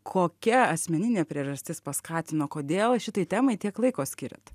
kokia asmeninė priežastis paskatino kodėl šitai temai tiek laiko skiriant